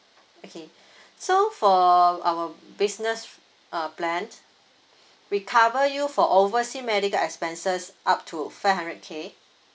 okay so for our business uh plan we cover you for oversea medical expenses up to five hundred K